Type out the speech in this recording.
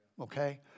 okay